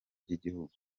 by’igihugu